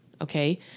Okay